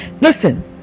listen